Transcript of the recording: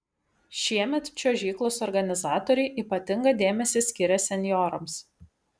šiemet čiuožyklos organizatoriai ypatingą dėmesį skiria senjorams